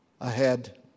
ahead